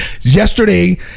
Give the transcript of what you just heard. yesterday